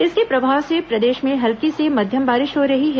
इसके प्रभाव से प्रदेश में हल्की से मध्यम बारिश हो रही है